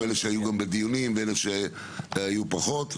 אלא שהיו גם בדיונים ואלה שהיו פחות.